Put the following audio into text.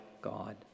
God